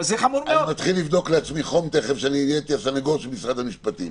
זה עוד שיקול שבית משפט צריך לשקול.